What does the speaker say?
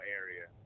area